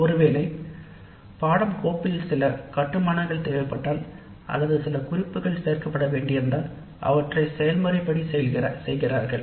ஒருவேளை மாணவர்களின் மதிப்பீடுகள் சேகரிக்கப்படும் கட்டாயம் இருந்தாலும் அது மேம்போக்கான செய்யப்படுகிறது